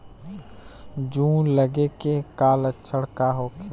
जूं लगे के का लक्षण का होखे?